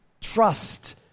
trust